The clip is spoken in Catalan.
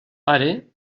pare